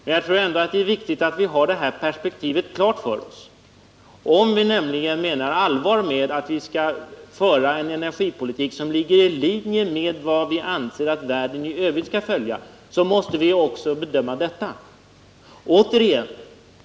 Men jag tror ändå att det är viktigt att vi har perspektivet klart för oss. Om vi nämligen menar allvar med att vi skall föra en energipolitik som ligger i linje med vad vi anser att världen i övrigt skall följa, så måste vi också bedöma den här saken.